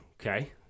okay